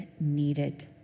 needed